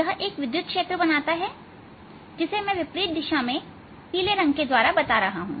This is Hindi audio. यह एक विद्युत क्षेत्र बनाता है जिसे मैं विपरीत दिशा में पीले के द्वारा बता रहा हूं